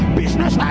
business